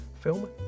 film